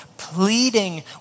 pleading